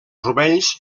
rovells